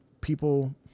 people